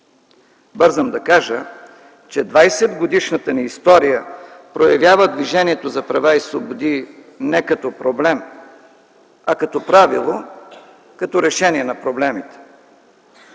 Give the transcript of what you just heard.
Бързам да кажа, че 20-годишната ни история проявява Движението за права и свободи не като проблем, а като правило – решението на проблемите.